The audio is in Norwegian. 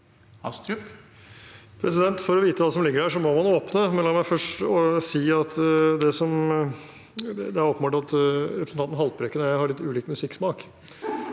For å vite hva som ligger der, må man åpne. La meg først si at det er åpenbart at representanten Haltbrekken og jeg har litt ulik musikksmak.